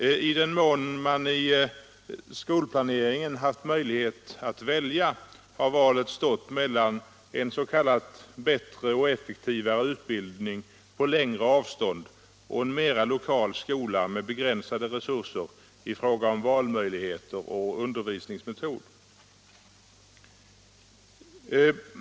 I den mån man i skolplaneringen haft möjlighet att välja har valet stått mellan en s.k. bättre och effektivare utbildning på längre avstånd och en mera lokal skola med begränsade resurser i fråga om valmöjligheter och undervisningsmetod.